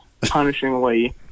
punishingly